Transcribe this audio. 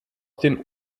den